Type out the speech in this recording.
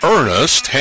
Ernest